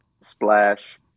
splash